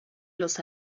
los